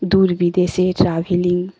দূর বিদেশে ট্রাভেলিং